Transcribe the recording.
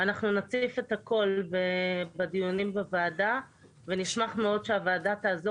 אנחנו נציף את הכול בדיונים בוועדה ונשמח מאוד שהוועדה תעזור